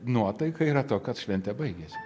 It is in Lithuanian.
nuotaika yra to kad šventė baigėsi